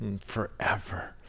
forever